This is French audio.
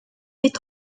met